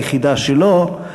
ליחידה שלו,